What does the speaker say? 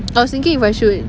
I was thinking if I should